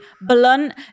blunt